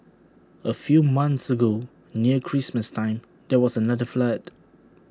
A few months ago near Christmas time there was another flood